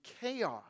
chaos